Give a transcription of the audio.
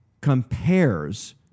compares